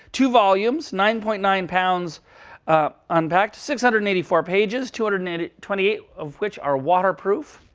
two volumes, nine point nine pounds unpacked, six hundred and eighty four pages, two hundred and and twenty eight of which are waterproof.